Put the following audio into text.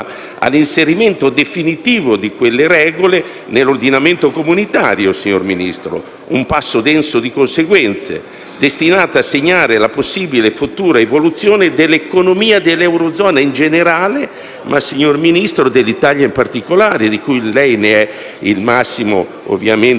all'inserimento definitivo di quelle regole nell'ordinamento comunitario, signor Ministro, un passo denso di conseguenze, destinato a segnare la possibile futura evoluzione dell'economia dell'eurozona in generale e dell'Italia in particolare, di cui lei è il massimo responsabile,